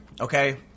Okay